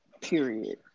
Period